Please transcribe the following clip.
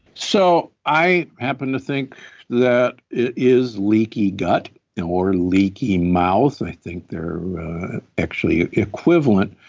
so i happen to think that it is leaky gut or leaky mouth. i think they're actually equivalent,